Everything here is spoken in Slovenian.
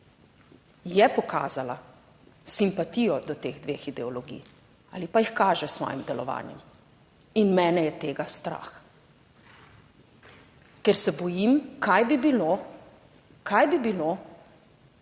je pokazala simpatijo do teh dveh ideologij ali pa jih kaže s svojim delovanjem in mene je tega strah. Ker se bojim, kaj bi bilo, kaj bi bilo,